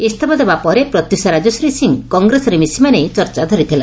ଇସ୍ତଫା ଦେବା ପରେ ପ୍ରତ୍ୟୁଷା ରାଜେଶ୍ୱରୀ ସିଂ କଂଗ୍ରେସରେ ମିଶିବା ନେଇ ଚର୍ଚା ଧରିଥିଲା